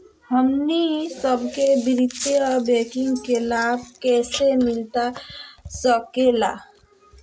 हमनी सबके वित्तीय बैंकिंग के लाभ कैसे मिलता सके ला?